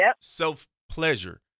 self-pleasure